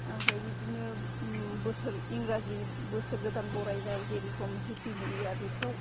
आमफ्राय बिदिनो बोसोर इंराजि बोसोर गोदान बरायनाय जेर'खम हेफि निउ इयार बेफ्राव